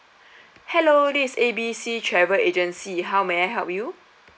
hello this is A B C travel agency how may I help you